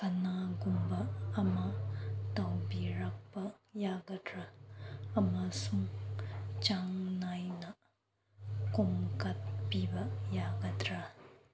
ꯀꯅꯥꯒꯨꯝꯕ ꯑꯃ ꯇꯧꯕꯤꯔꯛꯄ ꯌꯥꯒꯗ꯭ꯔꯥ ꯑꯃꯁꯨꯡ ꯆꯥꯡ ꯅꯥꯏꯅ ꯈꯣꯝꯒꯠꯄꯤꯕ ꯌꯥꯒꯗ꯭ꯔꯥ